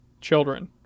children